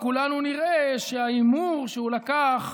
אדוני היושב-ראש, אדוני השר,